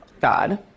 God